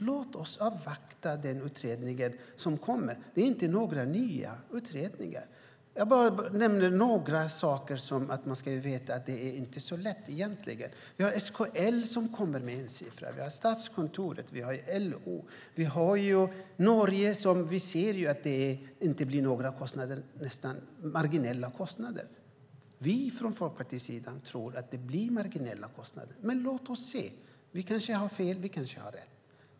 Låt oss avvakta den utredning som kommer! Det är inga nya utredningar. Jag bara nämner några saker för att man ska veta att det inte är så lätt egentligen. Vi har SKL som kommer med en siffra, vi har Statskontoret och vi har LO. Vi har Norge. Vi ser att det blir marginella kostnader. Vi från Folkpartiets sida tror att det blir marginella kostnader, men låt oss se! Vi kanske har fel, och vi kanske har rätt.